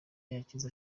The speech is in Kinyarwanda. yakize